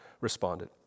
responded